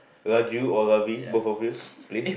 Raju or Lavi both of you please